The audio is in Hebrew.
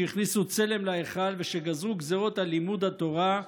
שהכניסו צלם להיכל ושגזרו גזרות על לימוד התורה,